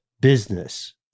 business